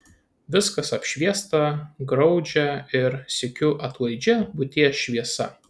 viskas apšviesta graudžia ir sykiu atlaidžia būties šviesa